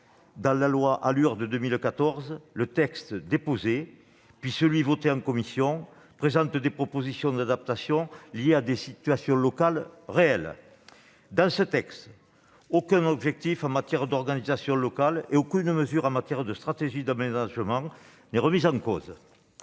de la loi ALUR de 2014, le texte déposé, puis celui adopté par la commission, présentent des propositions d'adaptation liées à des situations locales réelles. Dans ce texte, aucun objectif en matière d'organisation locale et aucune mesure en matière de stratégie d'aménagement ne sont remis en cause.